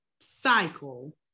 cycle